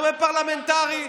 לא בפרלמנטרי,